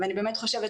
אני באמת חושבת,